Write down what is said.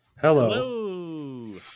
Hello